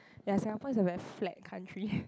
ya Singapore is a very flat country